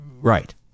Right